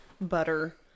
butter